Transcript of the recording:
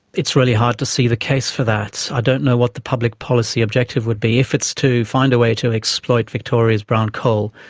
it's really hard to see the case for that. i don't know what the public policy objective would be. if it's to find a way to exploit victoria's brown coal,